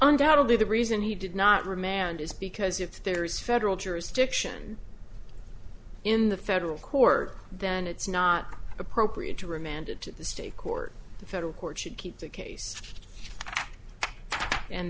ndoubtably the reason he did not remand is because if there is federal jurisdiction in the federal court then it's not appropriate to remanded to the state court the federal court should keep the case and